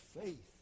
faith